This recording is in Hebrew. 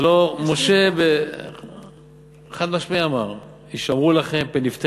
הלוא משה חד-משמעית אמר: "הִשמרו לכם פן יפתה